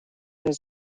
his